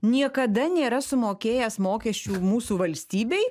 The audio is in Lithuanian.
niekada nėra sumokėjęs mokesčių mūsų valstybei